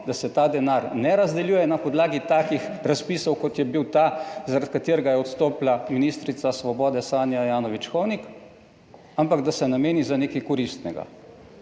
da se ta denar ne razdeljuje na podlagi takih razpisov kot je bil ta, zaradi katerega je odstopila ministrica Svobode, Sanja Ajanović Hovnik, ampak da se nameni za nekaj koristnega